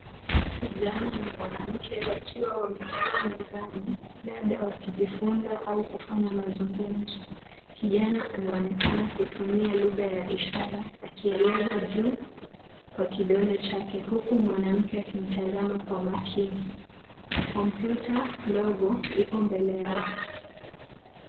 Kijana na mwanamke wakiwa wamekaa mezani labda wakijifunza au kufanya mazungumzo. Kijana anaonekana kutumia lugha ya ishara akieleza juu kwa kidole chake huku mwanamke akimtazama kwa makini. Kompyuta ndogo iko mbele yao.